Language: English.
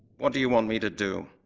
what do you want me to do?